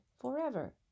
forever